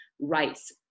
rights